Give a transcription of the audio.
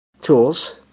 tools